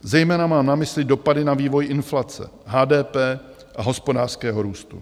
Zejména mám na mysli dopady na vývoj inflace, HDP a hospodářského růstu.